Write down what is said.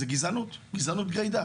זאת גזענות, גזענות גרידא.